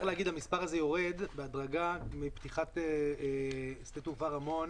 המספר הזה יורד בהדרגה עם פתיחת שדה התעופה רמון